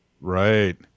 Right